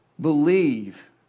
believe